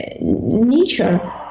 nature